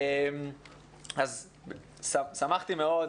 אז שמחתי מאוד,